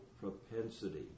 propensity